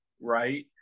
right